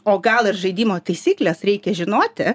o gal ir žaidimo taisykles reikia žinoti